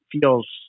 feels